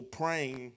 praying